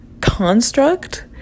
construct